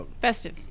festive